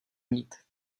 mít